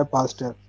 Pastor